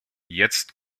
jetzt